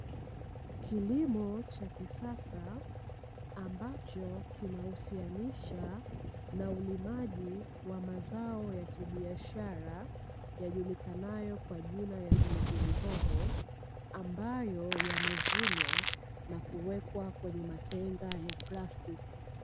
Kilimo cha kisasa ambacho kinahusianisha na ulimaji wa mazao ya kibiashara yajulikanayo kwa jina ya pilipili hoho, ambayo yamevunwa na kuwekwa kwenye matenga ya plastiki.